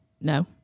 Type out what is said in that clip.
No